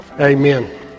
Amen